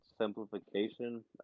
simplification